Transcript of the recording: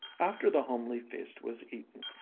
after the homely feast was eaten,